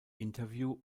interview